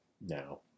now